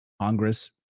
Congress